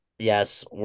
Yes